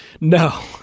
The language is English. No